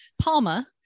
palma